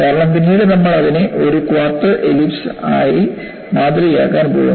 കാരണം പിന്നീട് നമ്മൾ അതിനെ ഒരു ക്വാർട്ടർ എലിപ്സ് ആയി മാതൃകയാക്കാൻ പോകുന്നു